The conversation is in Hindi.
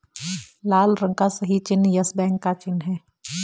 लाल रंग का सही चिन्ह यस बैंक का चिन्ह है